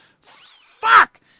Fuck